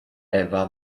ewa